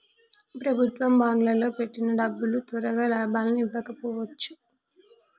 ప్రభుత్వ బాండ్లల్లో పెట్టిన డబ్బులు తొరగా లాభాలని ఇవ్వకపోవచ్చు